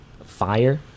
fire